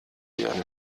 werden